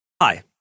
Hi